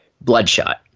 Bloodshot